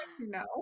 no